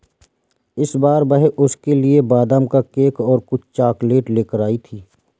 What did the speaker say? इस बार वह उसके लिए बादाम का केक और कुछ चॉकलेट लेकर आई थी